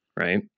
right